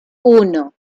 uno